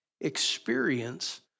experience